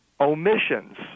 omissions